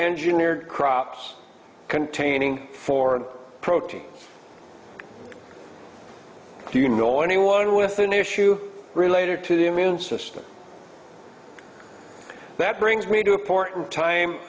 engineered crops containing four protein you know anyone with an issue related to the immune system that brings me to a point in time